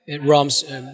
rums